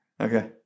Okay